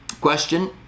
Question